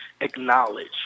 acknowledge